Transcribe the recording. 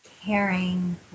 caring